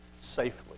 safely